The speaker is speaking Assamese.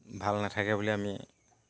ভাল নাথাকে বুলি আমি